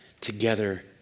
together